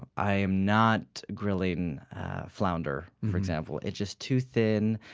i am not grilling flounder, for example, it's just too thin.